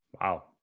Wow